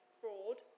fraud